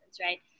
right